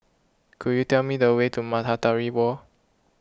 could you tell me the way to Matahari Wall